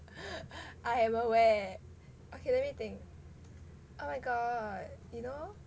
I am aware okay let me think oh my god you know